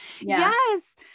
Yes